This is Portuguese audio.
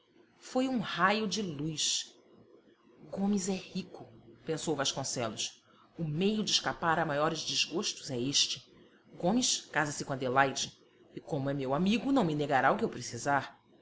foi um raio de luz gomes é rico pensou vasconcelos o meio de escapar a maiores desgostos é este gomes casa-se com adelaide e como é meu amigo não me negará o que eu precisar